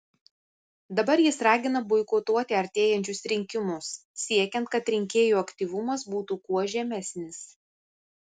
dabar jis ragina boikotuoti artėjančius rinkimus siekiant kad rinkėjų aktyvumas būtų kuo žemesnis